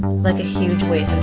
like a huge weight had